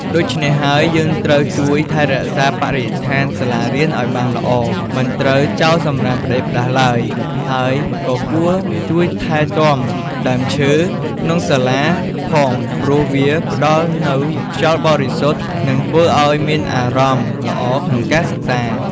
ដូច្នេះហើយយើងត្រូវជួយថែរក្សាបរិស្ថានសាលារៀនឱ្យបានល្អ មិនត្រូវចោលសំរាមផ្តេសផ្តាស់ឡើយហើយក៏គួរជួយថែទាំដើមឈើក្នុងសាលាផងព្រោះវាផ្តល់នូវខ្យល់បរិសុទ្ធនិងធើ្វឱ្យមានអារម្មណ៍ល្អក្នុងការសិក្សា។